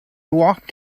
walked